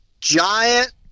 giant